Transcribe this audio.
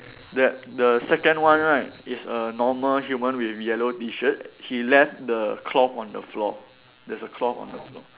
that the second one right is a normal human with yellow T shirt he left the cloth on the floor there's a cloth on the floor